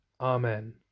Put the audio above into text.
Amen